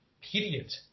period